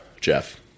Jeff